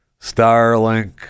Starlink